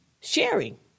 sharing